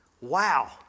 Wow